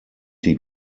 die